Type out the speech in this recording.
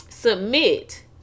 Submit